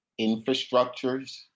infrastructures